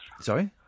Sorry